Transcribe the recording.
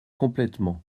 complètement